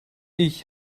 ich